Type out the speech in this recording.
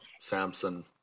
samson